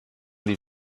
die